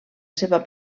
seva